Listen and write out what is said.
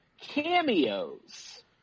cameos